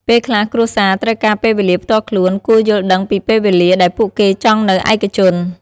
ពេលខ្លះគ្រួសារត្រូវការពេលវេលាផ្ទាល់ខ្លួន គួរយល់ដឹងពីពេលវេលាដែលពួកគេចង់នៅឯកជន។